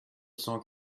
cent